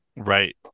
Right